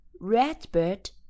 Redbird